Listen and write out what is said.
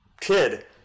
kid